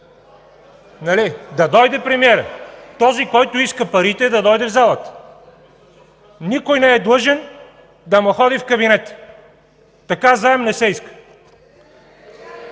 шум в ГЕРБ.) Този, който иска парите, да дойде в залата! Никой не е длъжен да му ходи в кабинета! Така заем не се иска!